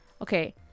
Okay